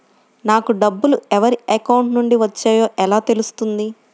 నాకు డబ్బులు ఎవరి అకౌంట్ నుండి వచ్చాయో ఎలా తెలుస్తుంది?